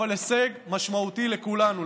זה הישג משמעותי לכולנו,